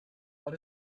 what